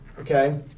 Okay